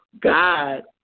God